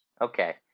Okay